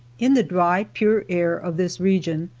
in the dry, pure air of this region,